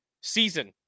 season